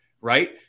right